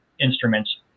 instruments